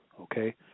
Okay